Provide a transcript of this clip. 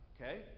okay